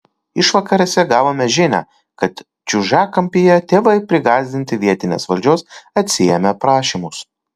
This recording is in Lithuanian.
išvakarėse gavome žinią kad čiužiakampyje tėvai prigąsdinti vietinės valdžios atsiėmė prašymus